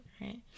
right